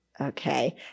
Okay